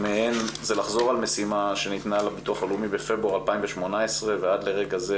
מהן זה לחזור על משימה שניתנה לביטוח הלאומי בפברואר 2018 ועד לרגע זה